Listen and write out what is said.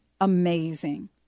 amazing